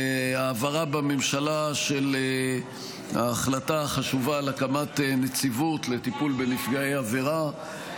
ההעברה בממשלה של ההחלטה החשובה על הקמת נציבות לטיפול בנפגעי עבירה,